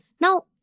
Now